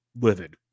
livid